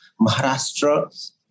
Maharashtra